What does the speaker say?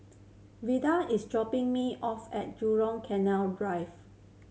Vidal is dropping me off at Jurong Canal Drive